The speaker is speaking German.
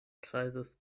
kreises